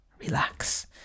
relax